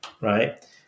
right